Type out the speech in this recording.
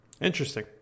interesting